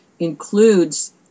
includes